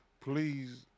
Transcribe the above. please